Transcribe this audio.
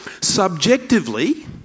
Subjectively